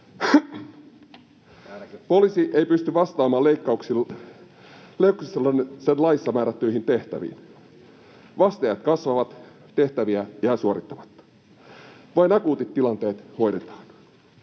Poliisi ei pysty vastaamaan leikkausten takia sen laissa määrättyihin tehtäviin. Vaste- ajat kasvavat, tehtäviä jää suorittamatta, vain akuutit tilanteet hoidetaan.